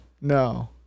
No